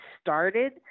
started